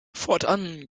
fortan